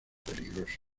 peligroso